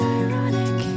ironic